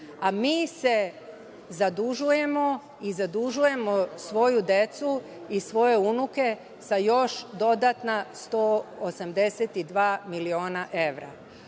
a mi se zadužujemo i zadužujemo svoju decu i svoje unuke sa još dodatna 182 miliona evra. To